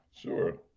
Sure